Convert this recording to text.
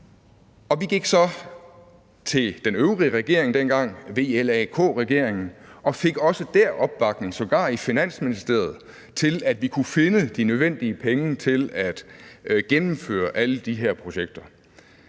vi gik så til den øvrige regering dengang, VLAK-regeringen, og fik også dér opbakning, sågar i Finansministeriet, til at kunne finde de nødvendige penge til at gennemføre alle de her projekter.